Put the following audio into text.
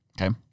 Okay